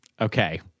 Okay